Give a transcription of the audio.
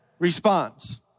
response